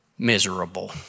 miserable